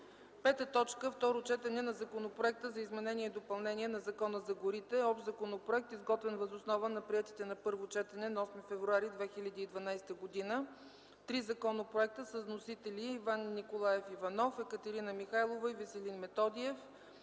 2012 г. 5. Второ четене на Законопроекта за изменение и допълнение на Закона за горите. Общ законопроект, изготвен въз основа на приетите на първо четене на 8 февруари 2012 г. три законопроекта с вносители: Иван Николаев Иванов, Екатерина Михайлова и Веселин Методиев